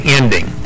ending